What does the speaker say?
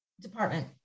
Department